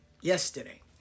yesterday